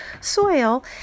soil